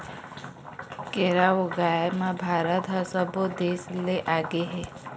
केरा ऊगाए म भारत ह सब्बो देस ले आगे हे